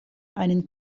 einen